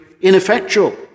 ineffectual